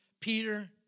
Peter